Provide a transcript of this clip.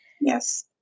Yes